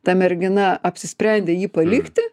ta mergina apsisprendė jį palikti